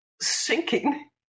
sinking